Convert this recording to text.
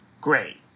great